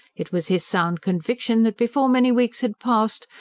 it was his sound conviction that before many weeks had passed,